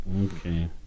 Okay